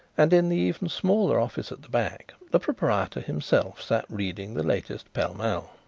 and in the even smaller office at the back the proprietor himself sat reading the latest pall mall.